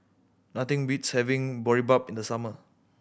nothing beats having Boribap in the summer